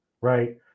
right